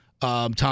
Tom